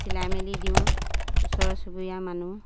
চিলাই মেলি দিওঁ ওচৰ চুবুৰীয়া মানুহ